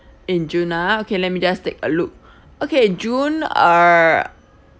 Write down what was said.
in june ah okay let me just take a look okay june err